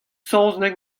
saozneg